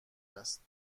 است